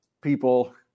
people